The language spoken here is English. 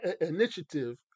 initiative